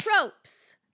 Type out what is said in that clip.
tropes